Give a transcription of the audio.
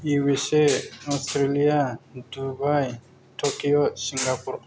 U S A Australia Dubai Tokyo Singapore